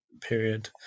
period